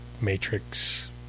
matrix